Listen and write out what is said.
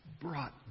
brought